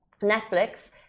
Netflix